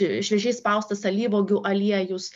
šviežiai spaustas alyvuogių aliejus